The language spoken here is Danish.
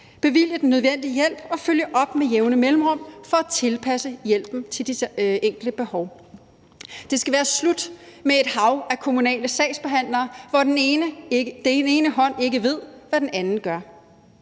bevilge den nødvendige hjælp og følge op med jævne mellemrum for at tilpasse hjælpen til den enkeltes behov. Det skal være slut med et hav af kommunale sagsbehandlere, hvor den ene hånd ikke ved, hvad den anden gør.